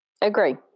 agree